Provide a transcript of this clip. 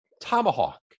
tomahawk